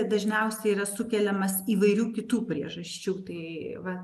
dažniausiai yra sukeliamas įvairių kitų priežasčių tai vat